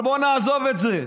אבל בוא נעזוב את זה.